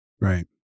Right